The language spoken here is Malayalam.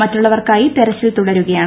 മറ്റുള്ളവർക്കായി തെരച്ചിൽ തുടരുകയാണ്